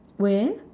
where